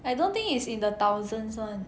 I don't think it's in the thousands [one]